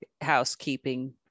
housekeeping